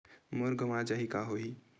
मोर गंवा जाहि का होही?